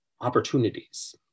opportunities